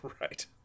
Right